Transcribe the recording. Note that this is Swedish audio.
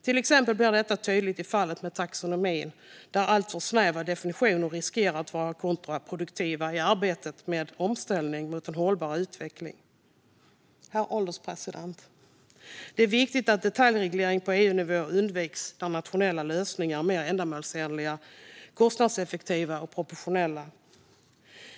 Till exempel blir detta tydligt i fallet med taxonomin, där alltför snäva definitioner riskerar att vara kontraproduktiva i arbetet med omställningen mot en hållbar utveckling. Herr ålderspresident! Det är viktigt att detaljreglering på EU-nivå undviks där nationella lösningar är mer ändamålsenliga, kostnadseffektiva och proportionella.